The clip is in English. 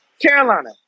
Carolina